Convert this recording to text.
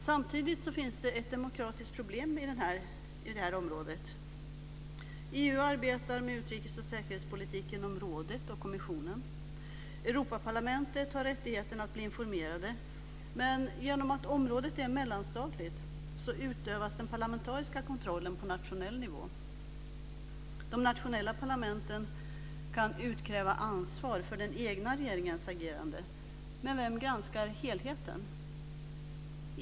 Samtidigt finns det ett demokratiskt problem på det här området. EU arbetar med utrikes och säkerhetspolitiken genom rådet och kommissionen. Europaparlamentet har rättigheten att bli informerat, men genom att området är mellanstatligt utövas den parlamentariska kontrollen på nationell nivå. De nationella parlamenten kan utkräva ansvar för den egna regeringens agerande. Men vem granskar helheten?